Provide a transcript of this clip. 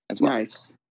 Nice